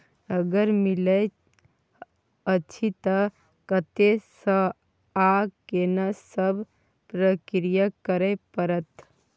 अगर मिलय अछि त कत्ते स आ केना सब प्रक्रिया करय परत?